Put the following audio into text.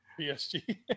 PSG